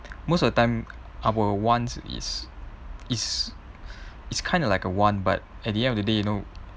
most of the time our wants is is it's kind of like a want but at the end of the day you know